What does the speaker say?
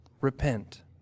repent